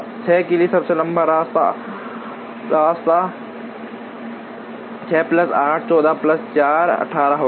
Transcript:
6 के लिए सबसे लंबा रास्ता 6 प्लस 8 14 प्लस 4 18 होगा